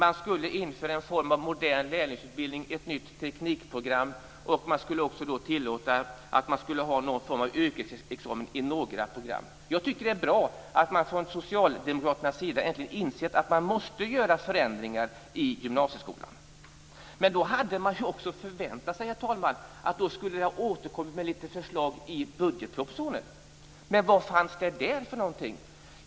Man skulle införa en form av modern lärlingsutbildning, ett nytt teknikprogram. Man skulle också tillåta någon form av yrkesexamen för några program. Jag tycker att det är bra att socialdemokraterna äntligen insett att man måste göra förändringar i gymnasieskolan. Men då hade jag också förväntat mig, herr talman, att regeringen skulle ha återkommit med litet förslag i budgetpropositionen. Men vad fanns det där?